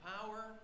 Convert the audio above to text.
power